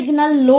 5 વત્તા 0